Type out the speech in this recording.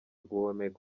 guhumeka